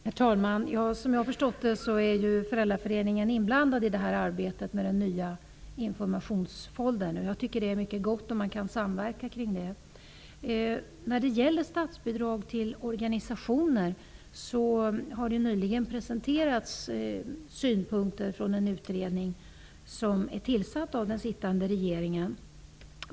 Herr talman! Som jag har förstått det är Föräldraföreningen inblandad i arbetet med den nya informationsfoldern. Jag tycker att det är mycket bra med en sådan samverkan. När det gäller statsbidrag til organisationer har det nyligen presenterats synpunkter från en utredning som är tillsatt av den sittande regeringen.